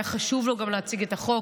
היה חשוב לו גם להציג את החוק,